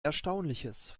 erstaunliches